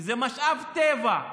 כי זה משאב טבע.